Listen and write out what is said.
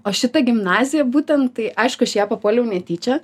o šita gimnazija būtent tai aišku aš į ją papuoliau netyčia